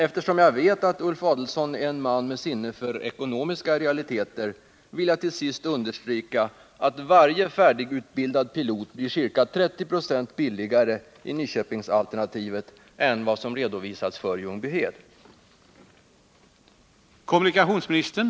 Eftersom jag vet att Ulf Adelsohn är en man med sinne för ekonomiska realiteter, vill jag till sist understryka att varje färdigutbildad pilot blir ca 30 96 billigare enligt Nyköpingsalternativet än enligt det alternativ som har redovisats för Ljungbyhed.